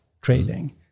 trading